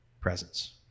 presence